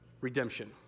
redemption